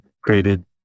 created